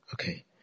Okay